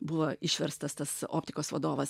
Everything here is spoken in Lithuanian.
buvo išverstas tas optikos vadovas